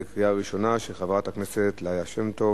של חברת הכנסת ליה שמטוב,